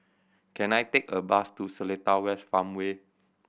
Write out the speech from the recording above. can I take a bus to Seletar West Farmway